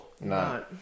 No